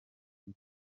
kibi